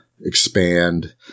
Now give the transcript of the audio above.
expand